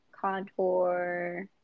contour